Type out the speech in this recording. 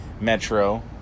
metro